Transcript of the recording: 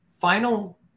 final